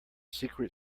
secret